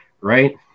right